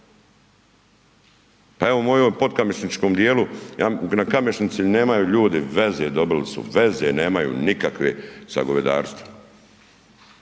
Pa evo u mojem podkamenišničnom djelu, na Kamešnici nemaju ljudi veze, dobili su, veze nemaju nikakve sa govedarstvom.